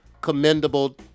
commendable